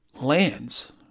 lands